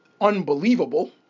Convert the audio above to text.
unbelievable